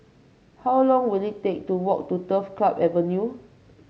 how long will it take to walk to Turf Club Avenue